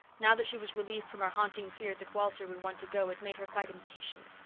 now that she was relieved from her haunting fear that walter would want to go it made her quite impatient.